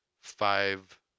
five